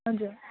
हजुर